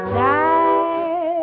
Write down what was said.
die